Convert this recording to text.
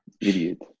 Idiot